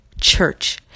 church